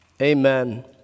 Amen